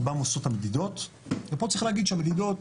על מה מבוססות המדידות ופה צריך להגיד שהמדידות,